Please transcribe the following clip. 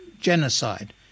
genocide